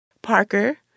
Parker